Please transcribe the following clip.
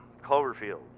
Cloverfield